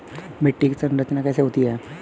मिट्टी की संरचना कैसे होती है?